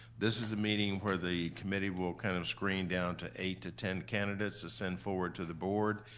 this is the meeting where the committee will kind of screen down to eight to ten candidates to send forward to the board.